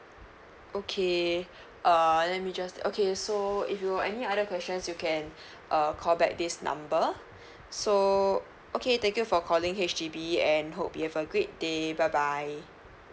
okay err let me just okay so if you've any other questions you can uh call back this number so okay thank you for calling H_D_B and hope you have a great day bye bye